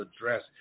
address